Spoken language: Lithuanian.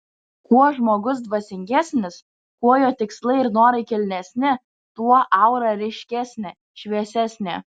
kuo žmogus dvasingesnis kuo jo tikslai ir norai kilnesni tuo aura ryškesnė šviesesnė